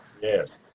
Yes